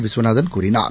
விஸ்வநாதன் கூறினார்